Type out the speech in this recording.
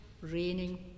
raining